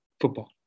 Football